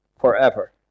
forever